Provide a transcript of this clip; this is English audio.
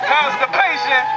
Constipation